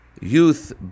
youth